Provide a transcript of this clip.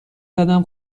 زدم